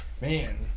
Man